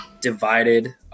divided